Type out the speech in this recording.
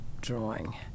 drawing